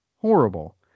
horrible